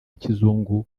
kizungu